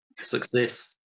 success